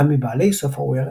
אחד מבעלי Sofaware,